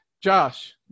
Josh